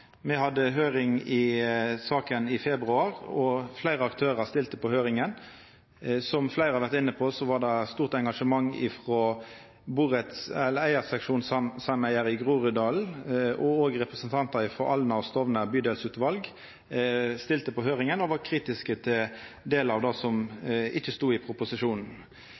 Me hadde høyring om saka i februar, og fleire aktørar stilte på høyringa. Som fleire har vore inne på, var det stort engasjement frå eit eigarseksjonssameige i Groruddalen. Òg representantar frå Alna bydelsutval og Stovner bydelsutval stilte på høyringa og var kritiske til delar av det som ikkje stod i proposisjonen.